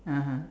(uh huh)